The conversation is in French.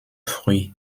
fruits